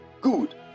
Good